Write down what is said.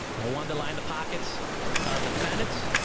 wanted to line the pockets of the defendants.